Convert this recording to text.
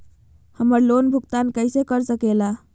हम्मर लोन भुगतान कैसे कर सके ला?